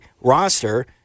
roster